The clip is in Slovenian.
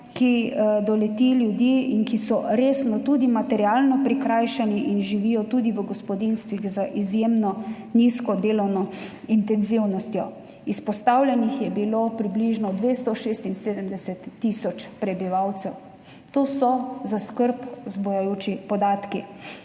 ki doleti ljudi, ki so resno tudi materialno prikrajšani in živijo tudi v gospodinjstvih z izjemno nizko delovno intenzivnostjo. Izpostavljenih je bilo približno 276 tisoč prebivalcev. To so skrb vzbujajoči podatki.